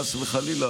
חס וחלילה,